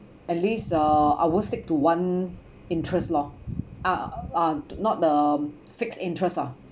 at least uh I won't stick to one interest lor ah ah not the fixed interest ah